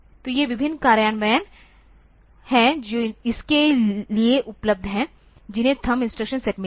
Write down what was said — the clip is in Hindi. तो ये विभिन्न कार्यान्वयन हैं जो इसके लिए उपलब्ध हैं जिन्हें थंब इन्स्ट्रैक्शन सेट मिला है